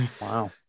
Wow